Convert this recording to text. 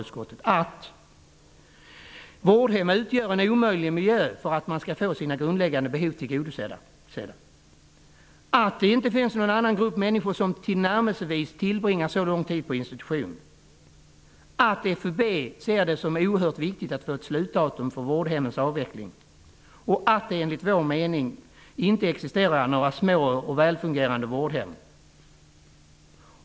Det framgår att vårdhem är en omöjlig miljö för att få de grundläggande behoven tillgodosedda. Det finns inte någon annan grupp människor som tillbringar tillnärmelsevis så lång tid på institution. FUB ser det som oerhört viktigt att få ett slutdatum för avvecklingen av vårdhemmen. Enligt FUB:s mening existerar inga små och välfungerade vårdhem.